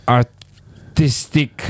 artistic